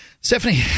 Stephanie